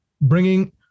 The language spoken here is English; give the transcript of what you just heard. bringing